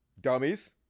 Dummies